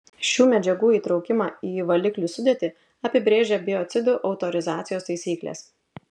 šių medžiagų įtraukimą į valiklių sudėtį apibrėžia biocidų autorizacijos taisyklės